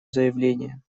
заявление